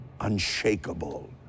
unshakable